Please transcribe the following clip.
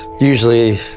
usually